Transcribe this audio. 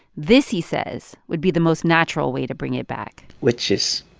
this, he says, would be the most natural way to bring it back which is,